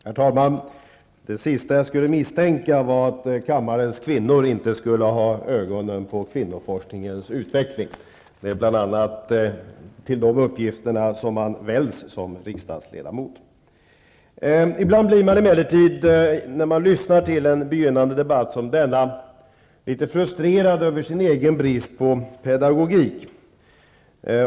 Herr talman! Det sista jag skulle misstänka var att kammarens kvinnor inte skulle ha ögonen på kvinnoforskningens utveckling. Man väljs bl.a. till sådana uppgifter som riksdagsledamot. Ibland blir man emellertid, när man lyssnar till en begynnande debatt som denna, litet frustrerad över sin egen brist på pedagogik.